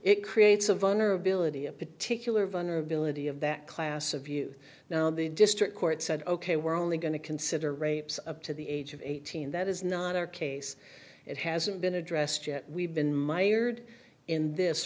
it creates a vulnerability a particular vulnerability of that class of you now the district court said ok we're only going to consider rapes up to the age of eighteen that is not our case it hasn't been addressed yet we've been my aired in this